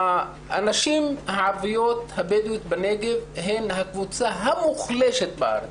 הנשים הערביות הבדואיות בנגב הן הקבוצה המוחלשת בארץ,